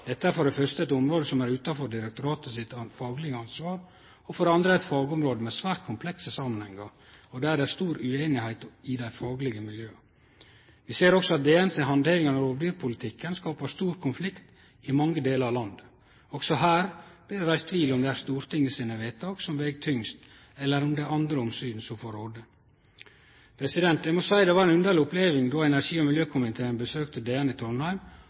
Dette er for det første eit område som er utanfor direktoratet sitt faglege ansvar. For det andre er det eit fagområde med svært komplekse samanhengar og der det er stor usemje i dei faglege miljøa. Vi ser også at Direktoratet for naturforvaltning si handtering av rovdyrpolitikken skaper stor konflikt i mange delar av landet. Også her blir det reist tvil om det er Stortinget sine vedtak som veg tyngst, eller om det er andre omsyn som får råde. Eg må seie det var ei underleg oppleving då energi- og miljøkomiteen besøkte DN i Trondheim,